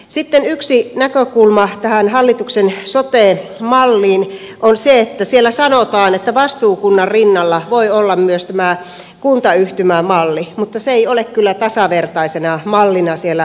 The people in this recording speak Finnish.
sitten yksi näkökulma tähän hallituksen sote malliin on se että siellä sanotaan että vastuukunnan rinnalla voi olla myös tämä kuntayhtymämalli mutta se ei ole kyllä tasavertaisena mallina siellä mukana